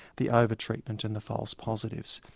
the over-treatment and the false positives.